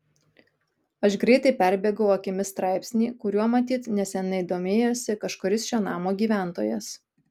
aš greitai perbėgau akimis straipsnį kuriuo matyt neseniai domėjosi kažkuris šio namo gyventojas